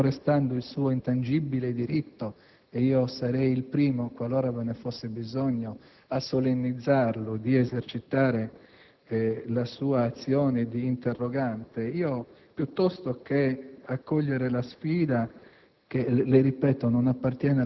Allora, caro senatore Quagliariello, fermo restando il suo intangibile diritto (e io sarei il primo, qualora ve ne fosse bisogno, a solennizzarlo) di esercitare la sua azione di interrogante, piuttosto che accogliere la sfida,